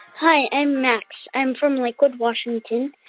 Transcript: hi. i'm max. i'm from lakewood, wash. and